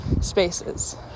spaces